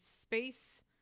space